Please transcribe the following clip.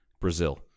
Brazil